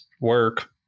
work